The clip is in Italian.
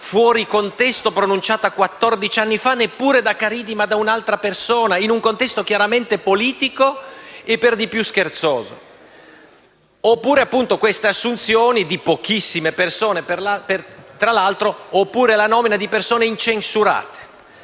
fuori contesto pronunciata quattordici anni fa neppure da Caridi, ma da un'altra persona in un contesto chiaramente politico e per di più scherzoso, oppure, appunto, queste assunzioni (di pochissime persone, tra l'altro), oppure la nomina di persone incensurate.